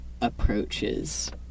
approaches